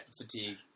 fatigue